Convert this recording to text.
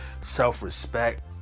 self-respect